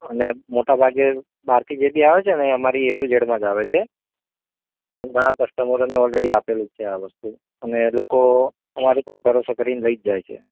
અને મોટાભાગે બહારથી જે બી આવે છે ને એ અમારી એ ટૂ ઝેડ માં જ આવે છે ઘણાં કસ્ટમરોને ઓલરેડી આપેલું જ છે આ વસ્તુ અને લોકો અમારી પર ભરોસો કરીને લઇ જ જાય છે